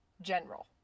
general